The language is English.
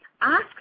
Ask